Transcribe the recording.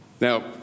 Now